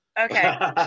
Okay